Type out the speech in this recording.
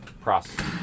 Process